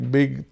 big